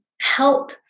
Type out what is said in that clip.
help